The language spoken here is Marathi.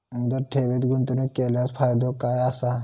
मुदत ठेवीत गुंतवणूक केल्यास फायदो काय आसा?